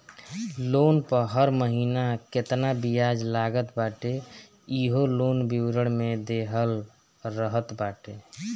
loan पअ हर महिना केतना बियाज लागत बाटे इहो लोन विवरण में देहल रहत बाटे